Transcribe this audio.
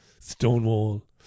Stonewall